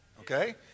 Okay